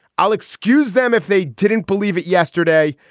i'll excuse them if they didn't believe it yesterday,